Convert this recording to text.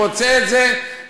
והוא רוצה את זה בפברואר,